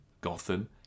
Gotham